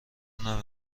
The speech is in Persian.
نمی